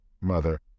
mother